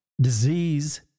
disease